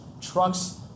trucks